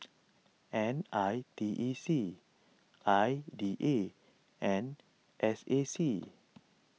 N I T E C I D A and S A C